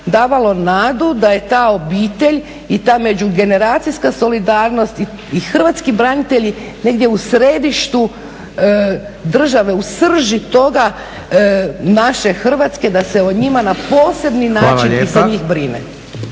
davalo nadu da je ta obitelj i ta međugeneracijska solidarnost i hrvatski branitelji negdje u središtu države u srži naše Hrvatske da se o njima na posebni način brine.